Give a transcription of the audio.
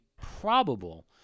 probable